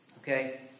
Okay